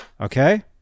Okay